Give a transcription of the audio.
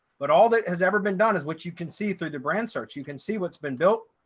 but all that has ever been done is what you can see through the brand search, you can see what's been built.